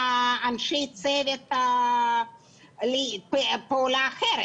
באנשי הצוות לפעולה אחרת.